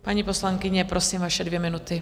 Paní poslankyně, prosím, vaše dvě minuty.